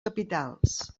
capitals